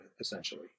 essentially